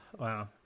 Wow